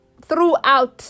Throughout